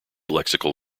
lexical